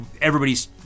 Everybody's